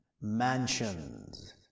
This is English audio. mansions